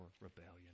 rebellion